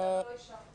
אז למה לא אישרתם?